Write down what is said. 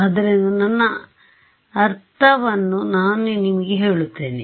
ಆದ್ದರಿಂದ ನನ್ನ ಅರ್ಥವನ್ನು ನಾನು ನಿಮಗೆ ಹೇಳುತ್ತೇನೆ